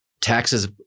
taxes